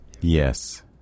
yes